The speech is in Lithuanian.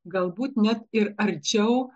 galbūt net ir arčiau